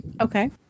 Okay